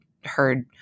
heard